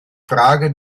frage